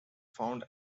found